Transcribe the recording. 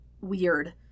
weird